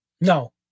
No